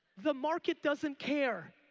the market doesn't care.